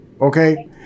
okay